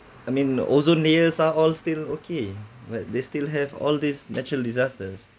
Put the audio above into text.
I mean ozone layers are all still okay but they still have all these natural disasters